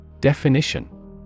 Definition